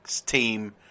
team